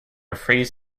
frees